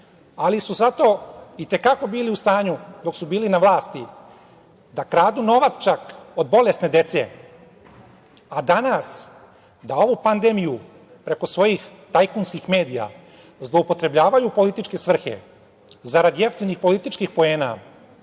ali su zato i te kako bili u stanju dok su bili na vlasti da kradu novac čak, od bolesne dece, a dana da ovu pandemiju preko svojih tajkunskih medija zloupotrebljavaju u političke svrhe zarad jeftinih političkih poena,